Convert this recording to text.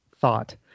thought